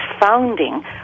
founding